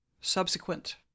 subsequent